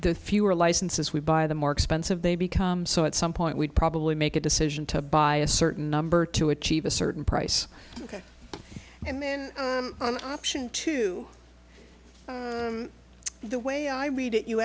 the fewer licenses we buy the more expensive they become so at some point we'd probably make a decision to buy a certain number to achieve a certain price and then option two the way i read it you